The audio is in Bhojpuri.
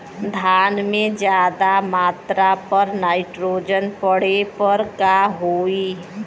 धान में ज्यादा मात्रा पर नाइट्रोजन पड़े पर का होई?